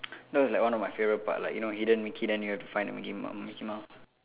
no it's like one of my favourite part like you know hidden mickey then you have to find the mickey m~ mickey mouse